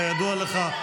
כידוע לך,